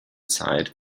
zeit